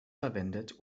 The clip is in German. verwendet